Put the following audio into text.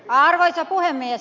arvoisa puhemies